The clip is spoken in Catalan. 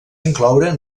incloure